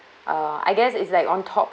uh I guess is like on top